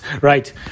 Right